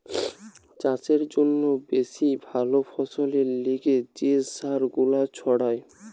চাষের জন্যে বেশি ভালো ফসলের লিগে যে সার গুলা ছড়ায়